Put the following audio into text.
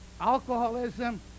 alcoholism